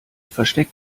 versteck